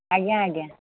ଆଜ୍ଞା ଆଜ୍ଞା